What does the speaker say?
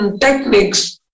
techniques